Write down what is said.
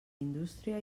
indústria